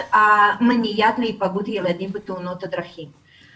מניעת היפגעות ילדים בתאונות דרכים.